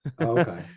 okay